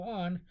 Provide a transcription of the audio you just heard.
on